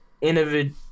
innovative